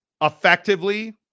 effectively